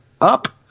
up